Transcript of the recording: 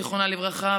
זיכרונה לברכה,